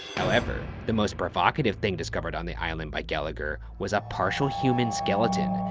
however, the most provocative thing discovered on the island by gallagher was a partial human skeleton,